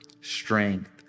strength